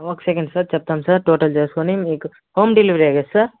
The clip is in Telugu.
ఒక సెకెన్ సార్ చెప్తాను సార్ టోటల్ చేస్కుని మీకు హోమ్ డెలివరీయే కదా సార్